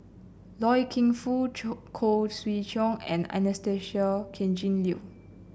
Loy Keng Foo Khoo Swee Chiow and Anastasia Tjendri Liew